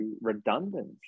redundant